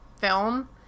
film